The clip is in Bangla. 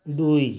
দুই